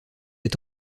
est